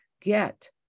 get